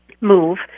move